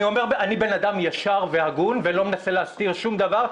אני בן אדם ישר והגון ולא מנסה להסתיר שום דבר,